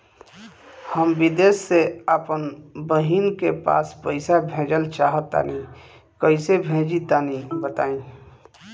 हम विदेस मे आपन बहिन के पास पईसा भेजल चाहऽ तनि कईसे भेजि तनि बताई?